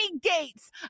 gates